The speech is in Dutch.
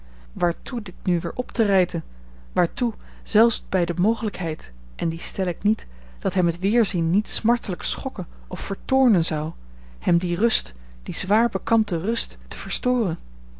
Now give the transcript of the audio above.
waartoe dit nu weer op te rijten waartoe zelfs bij de mogelijkheid en die stel ik niet dat hem het weerzien niet smartelijk schokken of vertoornen zou hem die rust die zwaar bekampte rust te verstoren